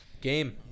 Game